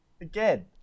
Again